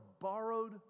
borrowed